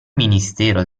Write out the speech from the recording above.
ministero